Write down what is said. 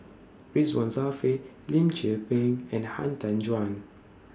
Ridzwan Dzafir Lim Tze Peng and Han Tan Juan